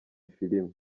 filimi